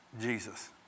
Jesus